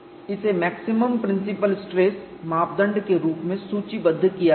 इसे maximum principal stress मापदंड के रूप में सूचीबद्ध किया गया है